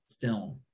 film